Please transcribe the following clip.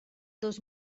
dos